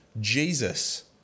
Jesus